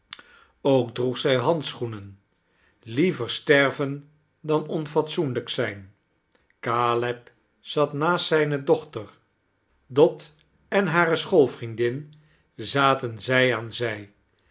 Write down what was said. ook droeg zij handschoenen liever sterven dan onfatsoenlijk zijh caleb zat naast zijne dochter dot en hare sehoolvriendin zaten zij aan zq